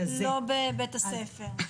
בבית הספר.